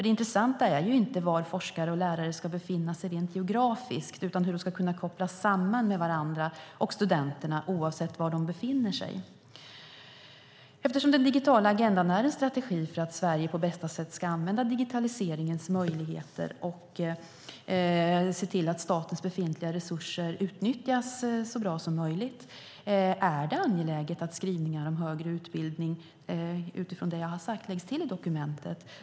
Det intressanta är inte var forskare och lärare ska befinna sig rent geografiskt utan hur de ska kunna kopplas samman med varandra och studenterna oavsett var de befinner sig. Eftersom den digitala agendan är en strategi för att Sverige på bästa sätt ska använda digitaliseringens möjligheter och se till att statens befintliga resurser utnyttjas så bra som möjligt är det angeläget att skrivningar om högre utbildning, utifrån det jag har sagt, läggs till i dokumentet.